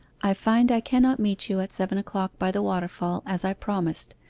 i find i cannot meet you at seven o'clock by the waterfall as i promised.